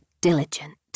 diligent